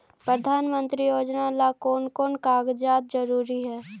प्रधानमंत्री योजना ला कोन कोन कागजात जरूरी है?